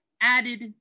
added